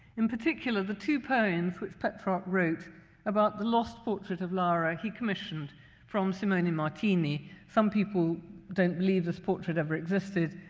in particular, the two poems which petrarch wrote about the lost portrait of laura he commissioned from simone martini, some people don't believe this portrait ever existed,